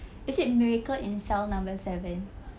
is it miracle in cell number seven